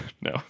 No